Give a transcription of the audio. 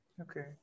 Okay